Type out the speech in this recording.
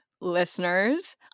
listeners